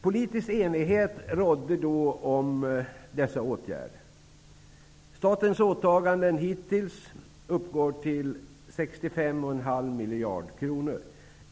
Politisk enighet rådde om dessa åtgärder. Statens åtaganden hittills uppgår till 65,5 miljarder kronor.